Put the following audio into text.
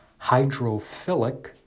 hydrophilic